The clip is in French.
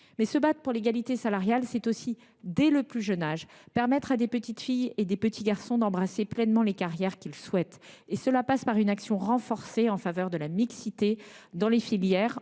Mais se battre pour l’égalité salariale, c’est aussi, dès le plus jeune âge, permettre à de petites filles et de petits garçons d’embrasser pleinement les carrières qu’ils souhaitent. Cela passe par une action renforcée en faveur de la mixité dans les filières,